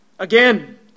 Again